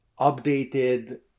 updated